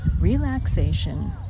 relaxation